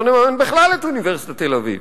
לא נממן בכלל את אוניברסיטת תל-אביב.